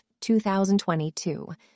2022